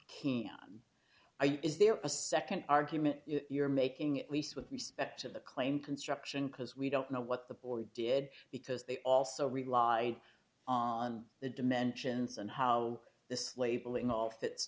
is a second argument you're making at least with respect to the claim construction cause we don't know what the boy did because they also rely on the dimensions and how this labeling all fits